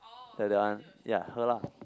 that that one ya her lah